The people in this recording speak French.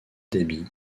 dabi